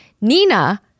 Nina